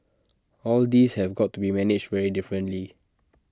all these have got to be managed very differently